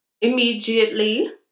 immediately